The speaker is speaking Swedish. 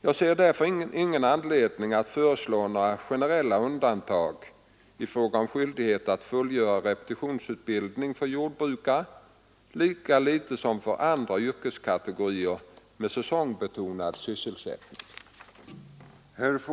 Jag ser därför nu ingen anledning att föreslå några generella undantag i fråga om skyldigheten att fullgöra repetitionsutbildning för jordbrukare lika litet som för andra yrkeskategorier med säsongbetonade sysselsättningar.